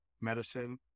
medicine